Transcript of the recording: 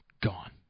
gone